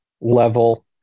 level